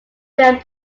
filmed